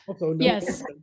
Yes